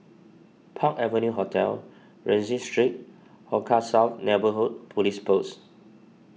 Park Avenue Hotel Rienzi Street Hong Kah South Neighbourhood Police Post